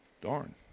darn